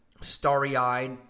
starry-eyed